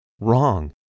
Wrong